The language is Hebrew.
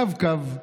רב-קו,